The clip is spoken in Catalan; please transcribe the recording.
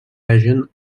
hagen